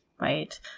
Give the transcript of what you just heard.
right